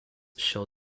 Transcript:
show